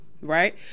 right